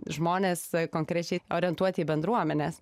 žmonės konkrečiai orientuoti į bendruomenes